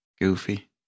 Goofy